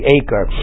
acre